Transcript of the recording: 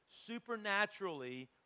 supernaturally